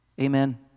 Amen